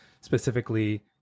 specifically